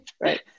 Right